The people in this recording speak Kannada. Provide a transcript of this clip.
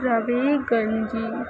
ರವೆ ಗಂಜಿ